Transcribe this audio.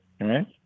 right